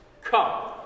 Come